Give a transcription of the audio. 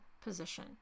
position